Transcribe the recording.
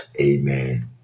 Amen